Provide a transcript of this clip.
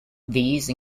these